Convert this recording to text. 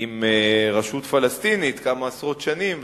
עם רשות פלסטינית כמה עשרות שנים,